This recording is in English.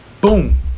Boom